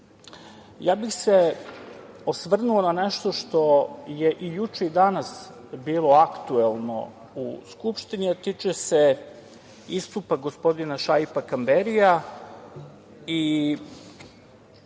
bih se osvrnuo na nešto što je i juče i danas bilo aktuelno u Skupštini, a tiče se istupa gospodina Šaipa Kamberija.